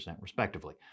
respectively